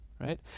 right